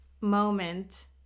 moment